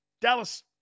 Dallas